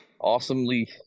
awesomely